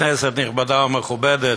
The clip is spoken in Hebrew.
כנסת נכבדה ומכובדת,